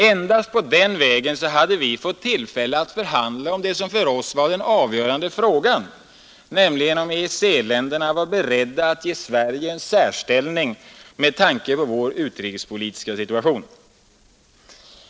Endast på den vägen hade vi fått tillfälle att förhandla om det som för oss var den avgörande frågan, nämligen huruvida EEC-länderna var beredda att ge Sverige en särställning med tanke på vår utrikespolitiska situation.